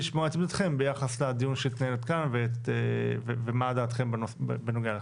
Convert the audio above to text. לשמוע את עמדתכם ביחס לדיון שהתנהל עד כאן ומה דעתכם בנוגע לכך.